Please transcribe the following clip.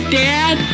dad